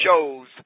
shows